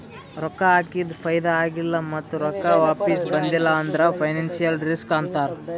ರೊಕ್ಕಾ ಹಾಕಿದು ಫೈದಾ ಆಗಿಲ್ಲ ಮತ್ತ ರೊಕ್ಕಾ ವಾಪಿಸ್ ಬಂದಿಲ್ಲ ಅಂದುರ್ ಫೈನಾನ್ಸಿಯಲ್ ರಿಸ್ಕ್ ಅಂತಾರ್